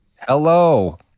Hello